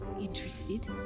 interested